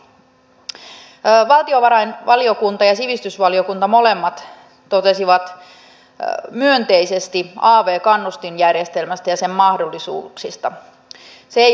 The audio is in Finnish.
kysehän on nimenomaan siitä että tällä hetkellä yrittäjälle on liian riskipitoista palkkaaminen erityisesti pienyrittäjälle tämä on ihan yleisesti tiedossa oleva fakta